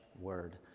word